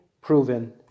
proven